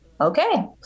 okay